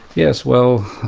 yes. well.